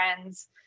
friend's